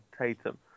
Tatum